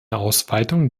ausweitung